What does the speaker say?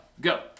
Go